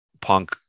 punk